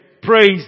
Praise